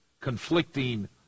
conflicting